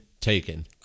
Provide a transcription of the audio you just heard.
Taken